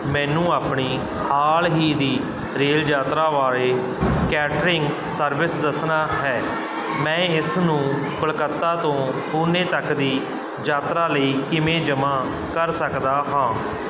ਮੈਨੂੰ ਆਪਣੀ ਹਾਲ ਹੀ ਦੀ ਰੇਲ ਯਾਤਰਾ ਬਾਰੇ ਕੇਟਰਿੰਗ ਸਰਵਿਸ ਦੱਸਣਾ ਹੈ ਮੈਂ ਇਸ ਨੂੰ ਕੋਲਕਾਤਾ ਤੋਂ ਪੂਣੇ ਤੱਕ ਦੀ ਯਾਤਰਾ ਲਈ ਕਿਵੇਂ ਜਮ੍ਹਾਂ ਕਰ ਸਕਦਾ ਹਾਂ